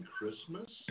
Christmas